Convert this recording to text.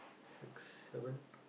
six seven